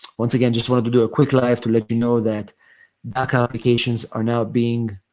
once again, just wanted to do a quick live to let you know that daca applications are now being,